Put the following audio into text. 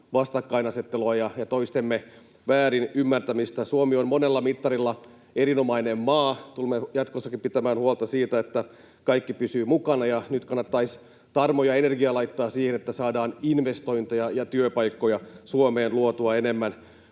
vastakkainasettelua ja toistemme väärinymmärtämistä. Suomi on monella mittarilla erinomainen maa. Tulemme jatkossakin pitämään huolta siitä, että kaikki pysyvät mukana, ja nyt kannattaisi tarmo ja energia laittaa siihen, että saadaan investointeja ja työpaikkoja Suomeen luotua enemmän.